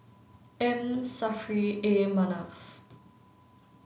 nothing beats having Green Bean Soup in the summer